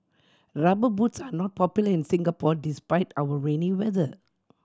Rubber Boots are not popular in Singapore despite our rainy weather